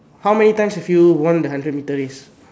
how many times have you won the hundred metre race